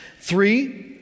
Three